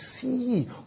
see